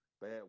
bad